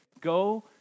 Go